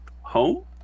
home